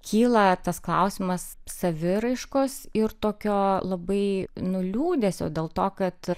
kyla tas klausimas saviraiškos ir tokio labai nu liūdesio dėl to kad